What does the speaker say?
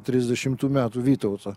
trisdešimtų metų vytauto